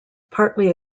partly